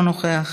אינו נוכח,